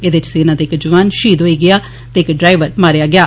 एदे च सेना दा इक जोआन शहीद होई गेआ हा ते इक ड्राइवर मारेआ गेआ